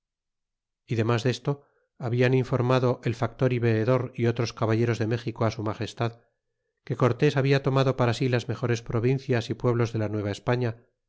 y demas desto habian informado el factor y veedor y otros caballeros de méxico á su magestad que cortes habia tomado para sí las mejores provincias y pueblos de la